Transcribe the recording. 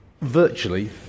virtually